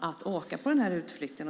och åka på utflykt.